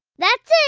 that's it.